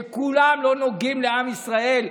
שכולם לא נוגעים לעם ישראל,